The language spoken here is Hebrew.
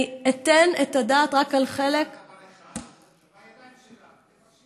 אני אתן את הדעת רק על חלק זה בידיים שלךְ.